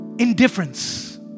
indifference